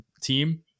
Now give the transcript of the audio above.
team